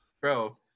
Bro